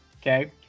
okay